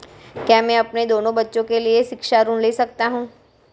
क्या मैं अपने दोनों बच्चों के लिए शिक्षा ऋण ले सकता हूँ?